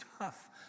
tough